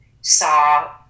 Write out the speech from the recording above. saw